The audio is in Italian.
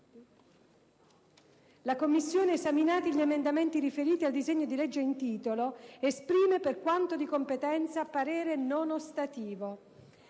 1a Commissione permanente, esaminati gli emendamenti riferiti al disegno di legge in titolo, esprime, per quanto di competenza, parere non ostativo».